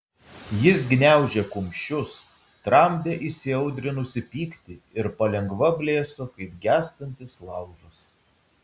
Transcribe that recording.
jis gniaužė kumščius tramdė įsiaudrinusį pyktį ir palengva blėso kaip gęstantis laužas